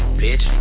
bitch